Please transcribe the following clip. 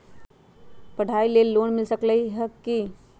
पढाई के लेल लोन मिल सकलई ह की?